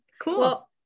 Cool